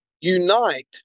unite